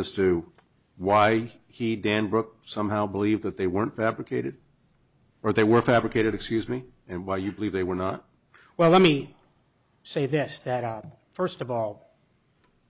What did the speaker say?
as to why he dan brooke somehow believe that they weren't fabricated or they were fabricated excuse me and why you believe they were not well let me say this that up first of all